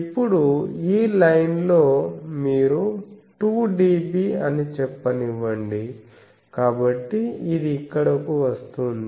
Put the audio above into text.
ఇప్పుడు ఈ లైన్ లో మీరు 2dB అని చెప్పనివ్వండి కాబట్టి ఇది ఇక్కడకు వస్తుంది